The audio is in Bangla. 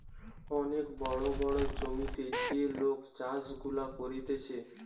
অনেক বড় বড় জমিতে যে লোক চাষ গুলা করতিছে